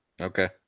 Okay